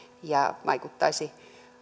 ja vaikuttaisi